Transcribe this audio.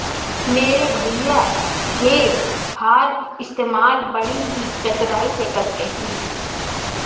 मेरे भैया हे फार्क इस्तेमाल बड़ी ही चतुराई से करते हैं